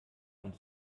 und